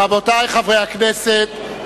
רבותי חברי הכנסת,